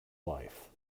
life